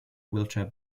wheelchair